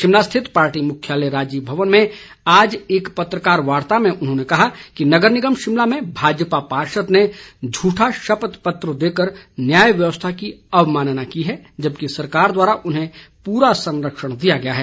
शिमला स्थित पार्टी मुख्यालय राजीव भवन में आज एक पत्रकार वार्ता में उन्होंने कहा कि नगर निगम शिमला में भाजपा पार्षद ने झूठा शपथ पत्र देकर न्याय व्यवस्था की अवमानना की है जबकि सरकार द्वारा उन्हें पूरा संरक्षण दिया गया है